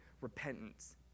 repentance